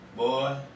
Boy